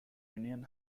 union